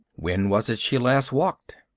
when was it she last walked?